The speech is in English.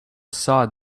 saw